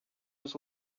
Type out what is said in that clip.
was